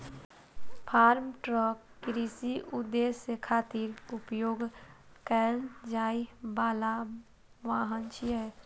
farm truck कृषि उद्देश्य खातिर उपयोग कैल जाइ बला वाहन छियै